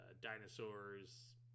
dinosaurs